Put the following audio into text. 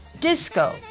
disco